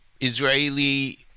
Israeli